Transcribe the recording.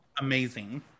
Amazing